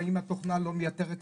אנחנו מסיימים את